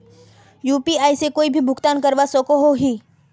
UPI से कोई भी भुगतान करवा सकोहो ही?